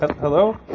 Hello